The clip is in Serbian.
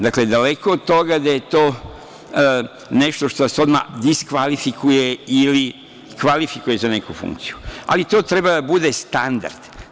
Dakle, daleko od toga da je to nešto što vas odmah diskvalifikuje ili kvalifikuje za neku funkciju, ali to treba da bude standard.